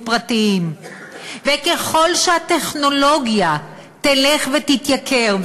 פרטיים וככל שהטכנולוגיה תלך ותתייקר,